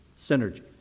Synergy